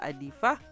Adifa